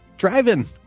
driving